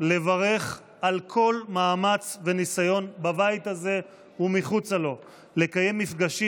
לברך על כל מאמץ וניסיון בבית הזה ומחוצה לו לקיים מפגשים